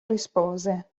rispose